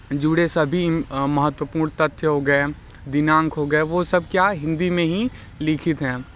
जुड़े सभी महत्वपूर्ण तथ्य हो गए दिनांक हो गए वो सब क्या हिंदी में ही लिखित हैं